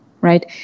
right